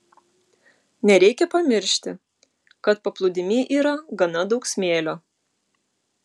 nereikia pamiršti kad paplūdimy yra gana daug smėlio